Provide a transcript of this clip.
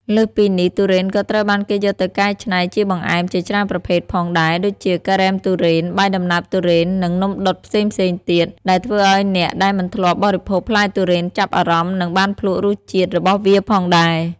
លើសពីនេះ ទុរេនក៏ត្រូវបានគេយកទៅកែច្នៃជាបង្អែមជាច្រើនប្រភេទផងដែរ ដូចជា ការ៉េមទុរេន បាយដំណើបទុរេននិងនំដុតផ្សេងៗទៀត ដែលធ្វើឲ្យអ្នកដែលមិនធ្លាប់បរិភោគផ្លែទុរេនចាប់អារម្មណ៍និងបានភ្លក់រសជាតិរបស់វាផងដែរ។